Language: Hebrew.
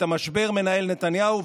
את המשבר מנהל נתניהו,